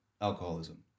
alcoholism